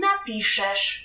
Napiszesz